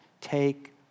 take